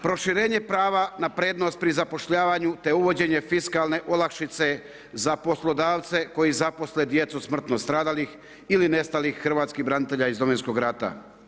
Proširenje prava na prednost pri zapošljavanju, te uvođenje fiskalne olakšice za poslodavce koji zaposle djecu smrtno stradalih ili nestalih hrvatskih branitelja iz Domovinskog rata.